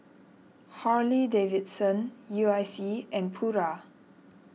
Harley Davidson U I C and Pura